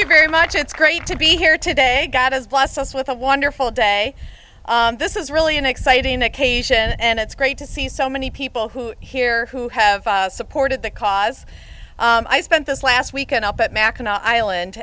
you very much it's great to be here today god has blessed us with a wonderful day this is really an exciting occasion and it's great to see so many people who here who have supported the cause i spent this last weekend up at mackinaw island